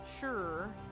Sure